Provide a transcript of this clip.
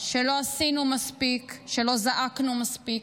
שלא עשינו מספיק, שלא זעקנו מספיק,